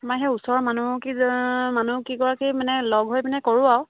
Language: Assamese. আমাৰ সেই ওচৰৰ মানুহ কিজনী মানুহকেইগৰাকী মানে লগ হৈ মানে কৰোঁ আৰু